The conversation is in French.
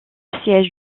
siège